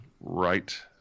right